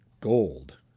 gold